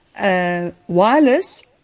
Wireless